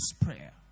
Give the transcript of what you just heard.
prayer